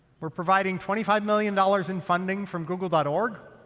we're providing twenty five million dollars in funding from google but org,